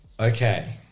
Okay